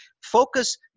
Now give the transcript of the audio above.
Focus